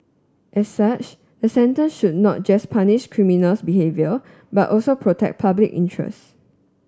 as such the sentence should not just punish criminal behaviour but also protect public interests